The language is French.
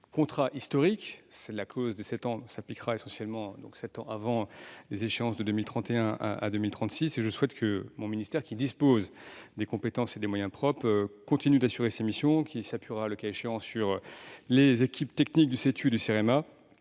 contrats historiques puisque la clause des sept ans s'appliquera, par définition, sept ans avant les échéances de 2031 à 2036. Je souhaite que mon ministère, qui dispose de compétences et de moyens propres, continue d'assurer ces missions, en s'appuyant le cas échéant sur les équipes techniques du Centre d'études